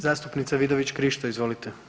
Zastupnica Vidović Krišto, izvolite.